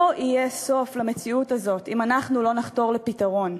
לא יהיה סוף למציאות הזאת אם אנחנו לא נחתור לפתרון.